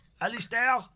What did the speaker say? Alistair